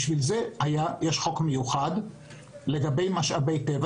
בשביל זה יש חוק מיוחד לגבי משאבי הטבע